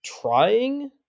trying